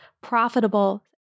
profitable